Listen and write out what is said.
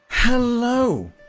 Hello